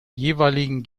jeweiligen